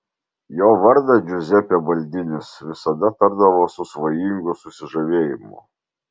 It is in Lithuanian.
jo vardą džiuzepė baldinis visada tardavo su svajingu susižavėjimu